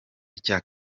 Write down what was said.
icya